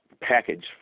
package